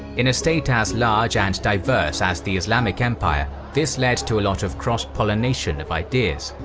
in a state as large and diverse as the islamic empire, this led to a lot of cross-pollination of ideas.